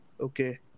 okay